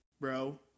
bro